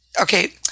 okay